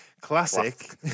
classic